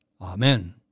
Amen